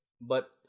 But-